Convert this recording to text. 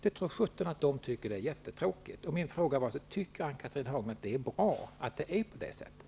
Det tror sjutton att de tycker att det är jättetråkigt. Min fråga var: Tycker Ann-Cathrine Haglund att det är bra att det är på det sättet?